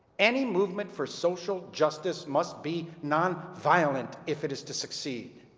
any movement for social justice must be non-violent if it is to succeed.